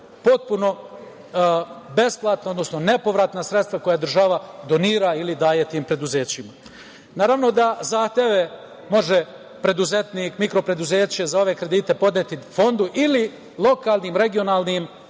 potpuno besplatna, odnosno bespovratna sredstva koje država donira ili daje tim preduzećima. Naravno da zahteve može preduzetnik, mikro-preduzeće za ove kredite podneti fondu ili lokalnim, odnosno regionalnim